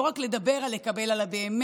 לא רק לדבר על לקבל, אלא באמת